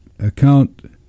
account